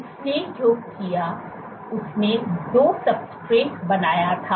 उसने जो किया उसने २ सब्सट्रेट बनाया था